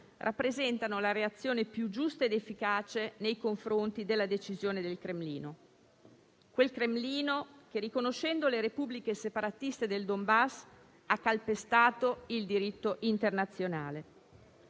rappresentano la reazione più giusta ed efficace nei confronti della decisione del Cremlino; quel Cremlino che, riconoscendo le repubbliche separatiste del Donbass, ha calpestato il diritto internazionale.